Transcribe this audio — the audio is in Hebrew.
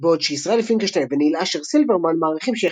בעוד שישראל פינקלשטיין וניל אשר סילברמן מעריכים